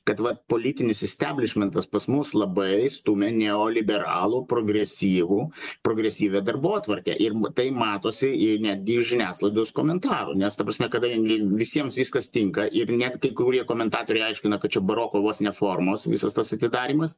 kad vat politinis isteblišmentas pas mus labai stūmė neoliberalų progresyvų progresyvią darbotvarkę ir tai matosi į netgi žiniasklaidos komentarų nes ta prasme kadangi visiems viskas tinka ir net kai kurie komentatoriai aiškina kad šio baroko vos ne formos visos tos atidarymas